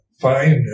find